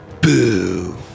Boo